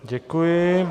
Děkuji.